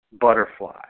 butterfly